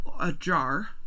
ajar